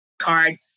card